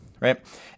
Right